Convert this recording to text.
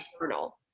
Journal